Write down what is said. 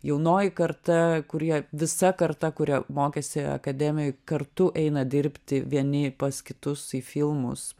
jaunoji karta kurie visa karta kurie mokėsi akademijoj kartu eina dirbti vieni pas kitus į filmus